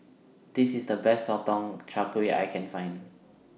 This IS The Best Sotong Char Kway I Can Find